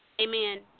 Amen